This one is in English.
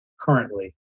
currently